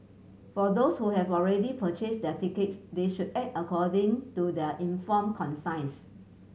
for those who have already purchased their tickets they should act according to their informed conscience